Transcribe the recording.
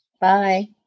Bye